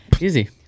Easy